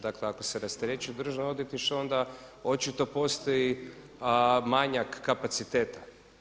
Dakle, ako se rasterećuje Državno odvjetništvo, onda očito postoji manjak kapaciteta.